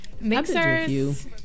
mixers